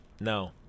no